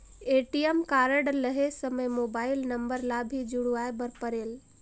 ATM card लहे समय mobile number ला भी जुड़वाए बर परेल?